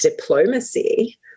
diplomacy